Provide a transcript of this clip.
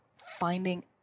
finding